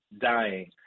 dying